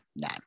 no